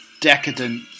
decadent